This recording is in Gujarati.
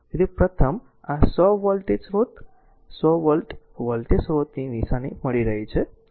તેથી પ્રથમ આ 100 વોલ્ટેજ સ્રોત 100 વોલ્ટ વોલ્ટેજ સ્રોતની નિશાની મળી રહી છે